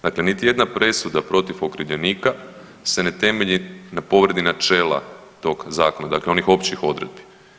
Dakle, niti jedna presuda protiv okrivljenika se ne temelji na povredi načela tog zakona, dakle onih općih odredbi.